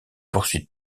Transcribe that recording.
poursuites